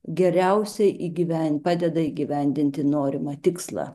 geriausiai įgyven padeda įgyvendinti norimą tikslą